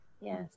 Yes